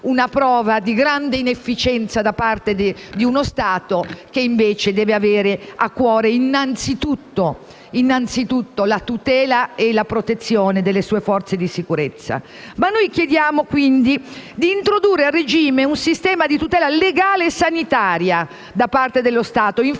una prova di grande inefficienza da parte di un Stato che, invece, deve avere a cuore innanzitutto la tutela e la protezione delle proprie forze di sicurezza. Noi chiediamo di introdurre a regime un sistema di tutela legale e sanitaria da parte dello Stato in